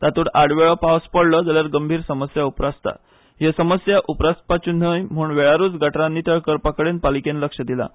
तातूंत आडवेळो पावस पडलो जाल्यार गंभीर समस्या उपरासता ही समस्या उपरासची न्हय म्हणून वेळारूच गटारां नितळ करपा कडेन पालिकेन लक्ष दिलां